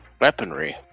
weaponry